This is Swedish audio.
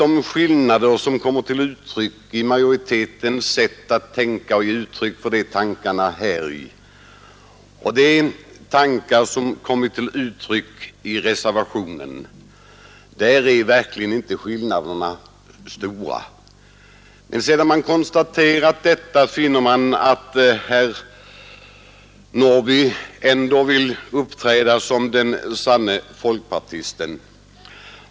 Men skillnaderna mellan tankarna i utskottsmajoritetens skrivning och de tankar som kommit till uttryck i reservationen är verkligen inte stora. Sedan man konstaterat detta finner man att herr Norrby i Åkersberga ändå vill uppträda som den sanne folkpartisten.